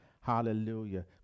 Hallelujah